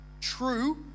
true